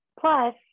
Plus